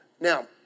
Now